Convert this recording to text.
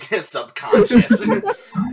subconscious